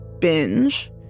binge